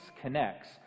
connects